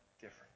different